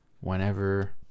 whenever